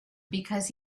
because